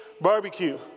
Barbecue